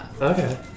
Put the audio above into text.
Okay